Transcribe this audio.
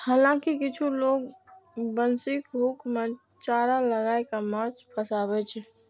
हालांकि किछु लोग बंशीक हुक मे चारा लगाय कें माछ फंसाबै छै